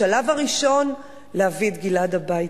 השלב הראשון, להביא את גלעד הביתה.